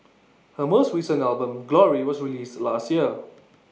her most recent album glory was released last year